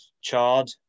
Chard